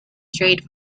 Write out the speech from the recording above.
straight